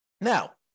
Now